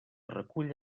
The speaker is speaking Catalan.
recull